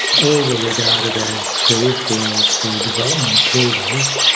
all were regarded as peripheral to development approvals,